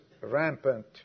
rampant